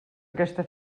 aquesta